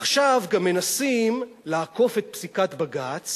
עכשיו גם מנסים לעקוף את פסיקת בג"ץ